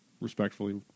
respectfully